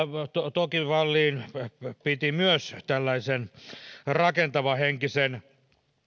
toki wallin myös piti tällaisen rakentavahenkisen